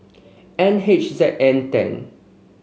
N H Z N ten